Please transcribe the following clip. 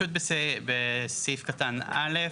בסעיף קטן א',